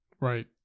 right